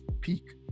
peak